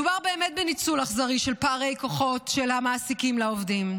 מדובר בניצול אכזרי של פערי כוחות של המעסיקים מול העובדים.